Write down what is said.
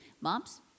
moms